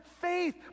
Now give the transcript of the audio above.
faith